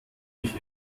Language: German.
ich